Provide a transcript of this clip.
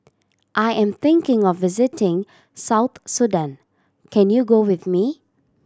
I am thinking of visiting South Sudan can you go with me